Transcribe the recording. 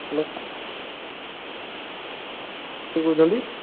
hello କିଏ କହୁଛନ୍ତି